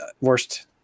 worst